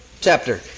chapter